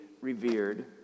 revered